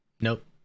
Nope